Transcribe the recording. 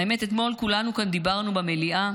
האמת, אתמול כולנו כאן דיברנו במליאה